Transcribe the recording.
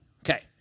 Okay